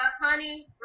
honey